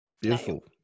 beautiful